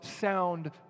sound